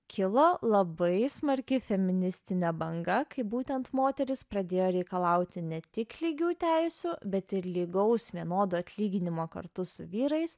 kilo labai smarki feministinė banga kai būtent moterys pradėjo reikalauti ne tik lygių teisių bet ir lygaus vienodo atlyginimo kartu su vyrais